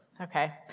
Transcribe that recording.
Okay